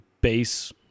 base